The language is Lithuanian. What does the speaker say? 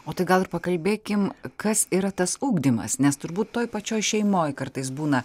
o tai gal ir pakalbėkim kas yra tas ugdymas nes turbūt toj pačioj šeimoj kartais būna